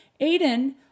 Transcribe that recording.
Aiden